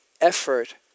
effort